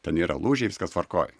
ten yra lūžiai viskas tvarkoj